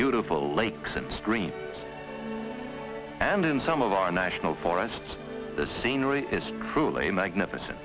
beautiful lakes and streams and in some of our national forests the scenery is truly magnificent